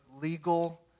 legal